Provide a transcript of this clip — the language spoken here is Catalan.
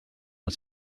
els